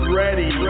ready